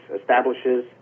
establishes